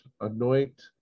anoint